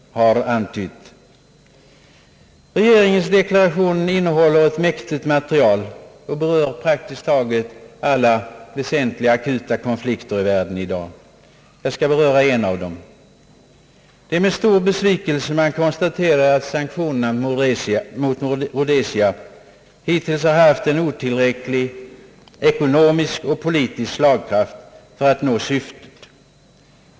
Regeringens deklaration innehåller ett mäktigt material och berör praktiskt taget alla väsentliga akuta konflikter i världen i dag. Jag skall ta upp en av dessa. Med stor besvikelse har man konstaterat att sanktionerna mot Rhodesia hittills haft otillräcklig ekonomisk och politisk slagkraft för att nå syftet med FN-aktionen.